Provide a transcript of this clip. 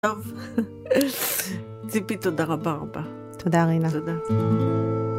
ציפי תודה רבה רבה. תודה רינה.